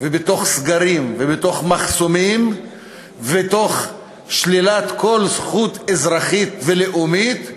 ובתוך סגרים ובתוך מחסומים ובתוך שלילת כל זכות אזרחית ולאומית,